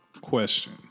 question